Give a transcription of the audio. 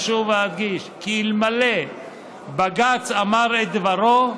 אשוב ואדגיש כי אלמלא בג"ץ אמר את דברו,